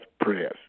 prayers